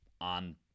on